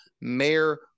Mayor